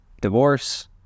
divorce